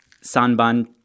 Sanban